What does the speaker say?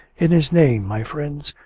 in his name, my friends,